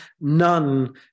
none